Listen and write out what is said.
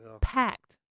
packed